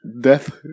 death